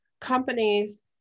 companies